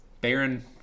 baron